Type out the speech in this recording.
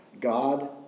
God